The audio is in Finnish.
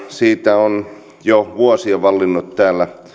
siitä on jo vuosia vallinnut täällä